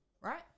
Right